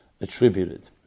attributed